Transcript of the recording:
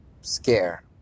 scare